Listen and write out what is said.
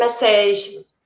message